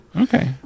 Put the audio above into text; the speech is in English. Okay